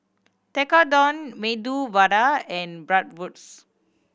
Tekkadon Medu Vada and Bratwurst